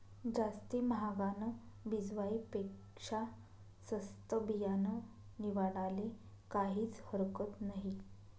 जास्ती म्हागानं बिजवाई पेक्शा सस्तं बियानं निवाडाले काहीज हरकत नही